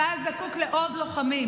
צה"ל זקוק לעוד לוחמים.